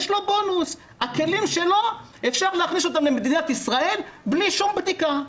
יש לו בונוס; הכלים שלו אפשר להכניס אותם למדינת ישראל בלי שום בדיקה.